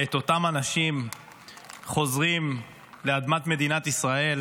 את אותם אנשים חוזרים לאדמת מדינת ישראל,